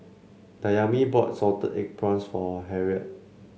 Dayami bought Salted Egg Prawns for Harriet